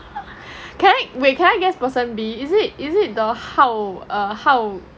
can I wait can I guess person b is it is it the hao err hao